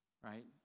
right